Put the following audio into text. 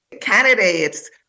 candidates